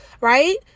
right